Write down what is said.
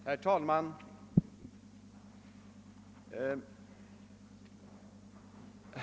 Herr talman!